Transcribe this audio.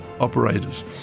operators